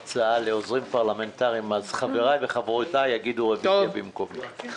אז חבריי וחברותיי יבקשו רוויזיה במקומי.